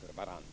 för varandra.